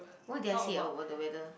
what did I say about the weather